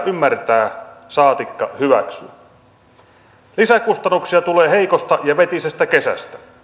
ymmärtää saatikka hyväksyä lisäkustannuksia tulee heikosta ja vetisestä kesästä